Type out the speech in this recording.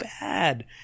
bad